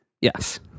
Yes